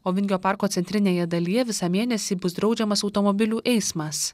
o vingio parko centrinėje dalyje visą mėnesį bus draudžiamas automobilių eismas